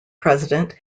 president